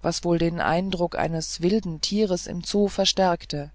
was wohl den eindruck eines wilden tieres im zoo verstärkte